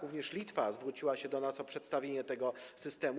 Również Litwa zwróciła się do nas o przedstawienie tego systemu.